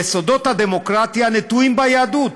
יסודות הדמוקרטיה נטועים ביהדות,